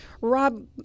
Rob